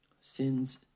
Sin's